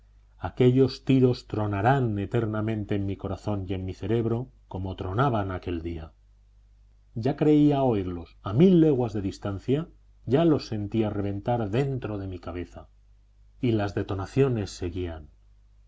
aquellos tiros tronarán eternamente en mi corazón y en mi cerebro como tronaban aquel día ya creía oírlos a mil leguas de distancia ya los sentía reventar dentro de mi cabeza y las detonaciones seguían